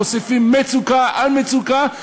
והם מוסיפים מצוקה על מצוקה.